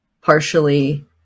partially